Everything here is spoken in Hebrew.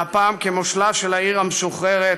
והפעם כמושלה של העיר המשוחררת,